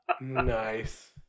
nice